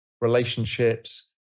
relationships